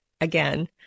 again